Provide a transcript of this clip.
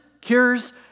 cures